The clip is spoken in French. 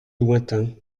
lointain